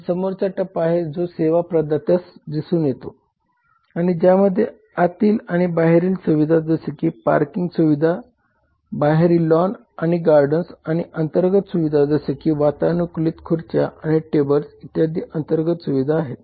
आणि समोरचा टप्पा आहे जो सेवा प्रदात्यास दिसून येतो आणि ज्यामध्ये आतील आणि बाहेरील सुविधा जसे पार्किंग सुविधा बाहेरील लॉन आणि गार्डन्स आणि अंतर्गत सुविधा जसे की वातानुकूलित खुर्च्या आणि टेबल्स इ अंर्तगत सुविधा आहे